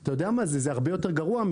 אתה יודע מה זה, זה הרבה יותר גרוע.